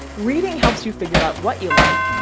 reading helps you figure out what you like.